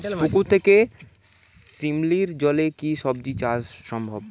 পুকুর থেকে শিমলির জলে কি সবজি চাষ সম্ভব?